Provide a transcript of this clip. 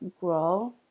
grow